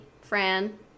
Fran